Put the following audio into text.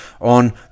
on